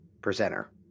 presenter